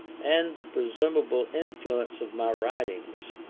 and the presumable influence of my writings.